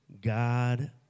God